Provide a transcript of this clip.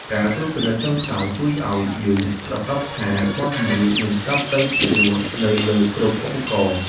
ការត្រួតពិនិត្យចុងក្រោយជួយឱ្យយើងប្រាកដថាបទចម្រៀងនឹងស្ដាប់ទៅពីរោះនៅលើគ្រប់ឧបករណ៍។